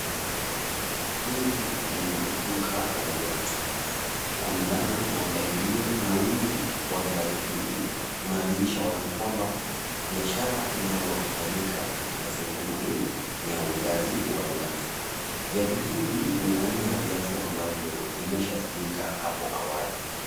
Hii ni duka la viatu kulingana na mpangilio na wingi wa viatu hivi. Kunadhihirisha wazi kwamba biashara inayofanyika katika sehemu hii ni ya uuzaji wa viatu. Viatu hivi ni aina ya viatu ambavyo vimeshatumika hapo awali.